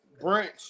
branch